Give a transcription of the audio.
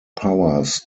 powers